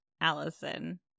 Allison